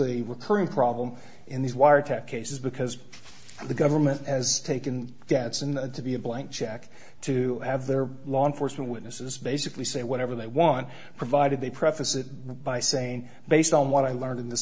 a recurring problem in these wiretap cases because the government has taken gadson to be a blank check to have their law enforcement witnesses basically say whatever they want provided they preface it by saying based on what i learned in this